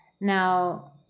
Now